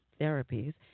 Therapies